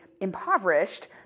impoverished